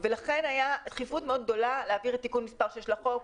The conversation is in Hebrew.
לכן הייתה דחיפות מאוד גדולה להעביר את תיקון מס' 6 לחוק,